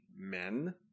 men